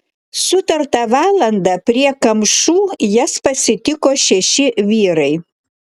sutartą valandą prie kamšų jas pasitiko šeši vyrai